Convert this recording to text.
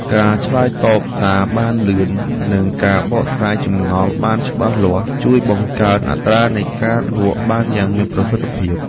ការឆ្លើយតបសារបានលឿននិងការបកស្រាយចម្ងល់បានច្បាស់លាស់ជួយបង្កើនអត្រានៃការលក់បានយ៉ាងមានប្រសិទ្ធភាព។